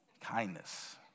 Kindness